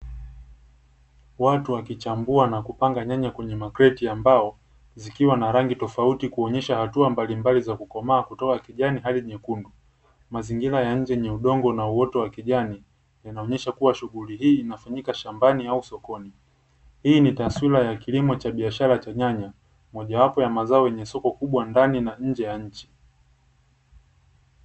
Watu wakichambua na kupanga nyanya kwenye makreti ya mbao, zikiwa na rangi tofauti kuonyesha hatua mbalimbali za kukomaa kutoka kijani hadi nyekundu, mazingira ya nje yenye udongo na uoto wa kijani inaonyesha shughuli hii inafanyika shambani au sokoni. Hii ni taswira ya kilimo cha biashara cha nyanya, mojawapo ya mazao yenye soko kubwa ndani na nje ya nchi.